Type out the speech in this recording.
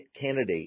candidate